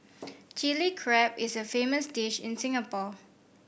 Chilli Crab is a famous dish in Singapore